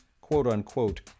quote-unquote